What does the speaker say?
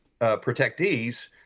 protectees